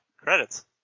Credits